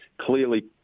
clearly